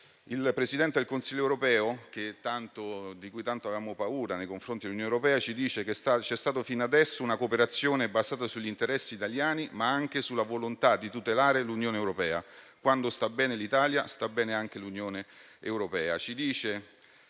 Il Presidente del Consiglio europeo, di cui tanto avevamo paura nei confronti dell'Unione europea, ci dice che c'è stata fino ad ora una cooperazione basata sugli interessi italiani, ma anche sulla volontà di tutelare l'Unione europea: quando sta bene l'Italia, sta bene anche l'Unione europea.